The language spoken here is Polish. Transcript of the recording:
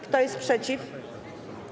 Kto jest przeciw?